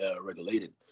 regulated